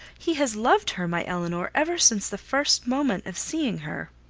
he has loved her, my elinor, ever since the first moment of seeing her.